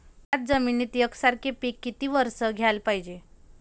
थ्याच जमिनीत यकसारखे पिकं किती वरसं घ्याले पायजे?